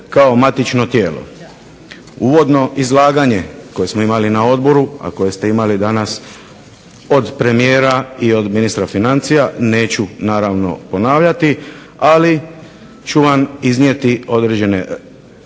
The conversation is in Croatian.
Uvodno izlaganje koje smo imali na odboru, a koje ste imali danas od premijera i od ministra financija neću naravno ponavljati, ali ću vam iznijeti određena